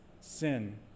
sin